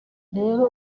rero